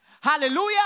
Hallelujah